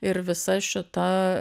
ir visa šita